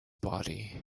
body